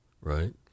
right